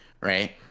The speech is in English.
right